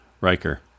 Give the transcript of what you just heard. Riker